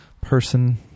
person